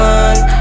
one